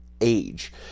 age